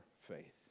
faith